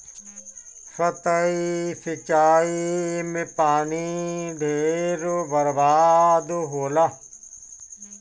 सतही सिंचाई में पानी ढेर बर्बाद होला